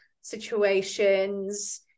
situations